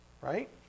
right